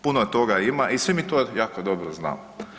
Puno toga ima i svi mi to jako dobro znamo.